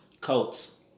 Colts